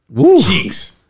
cheeks